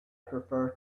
prefer